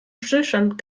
stillstand